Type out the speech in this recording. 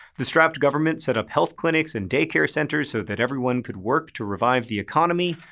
the strapped government set up health clinics and daycare centers so that everyone could work to revive the economy.